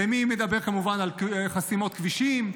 ומי מדבר כמובן על חסימות כבישים?